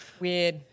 Weird